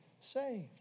saved